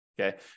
Okay